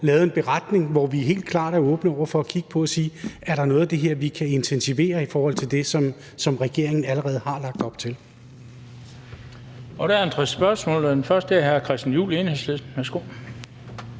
lavet en beretning, hvor vi helt klart er åbne over for at kigge på, om der er noget af det her, vi kan intensivere ud over det, som regeringen allerede har lagt op til. Kl. 17:22 Den fg. formand (Bent Bøgsted): Der er spørgsmål, og først er det fra hr. Christian Juhl, Enhedslisten. Værsgo.